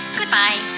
goodbye